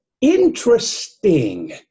Interesting